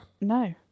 no